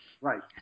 Right